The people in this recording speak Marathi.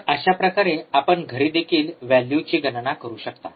तर अशा प्रकारे आपण घरी देखील व्हॅल्यूची गणना करू शकता